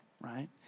right